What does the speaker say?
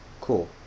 cool